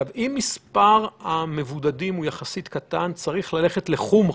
כשמספר המבודדים הוא יחסית קטן צריך ללכת לחומרה,